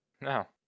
no